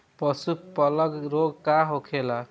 पशु प्लग रोग का होखेला?